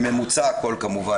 והכול בממוצע, כמובן.